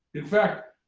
in fact,